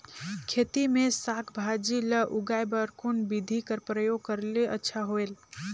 खेती मे साक भाजी ल उगाय बर कोन बिधी कर प्रयोग करले अच्छा होयल?